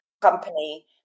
company